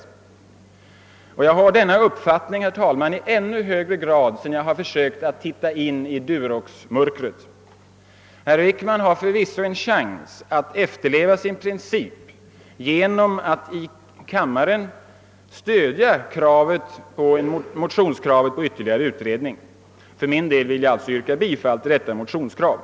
Jag har, herr talman, denna uppfattning i ännu högre grad sedan jag försökt att titta in i Duroxmörkret. Herr Wickman har förvisso en chans att efterleva sin princip genom att i kammaren stödja kravet på ytterligare utredning. För min del vill jag alltså yrka bifall till detta motionskrav.